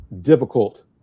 difficult